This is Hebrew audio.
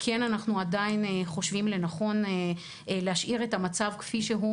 אנחנו כן עדיין חושבים לנכון להשאיר את המצב כפי שהוא,